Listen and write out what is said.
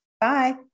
Bye